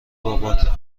بابات